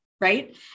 right